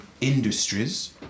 industries